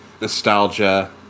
nostalgia